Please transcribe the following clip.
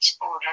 order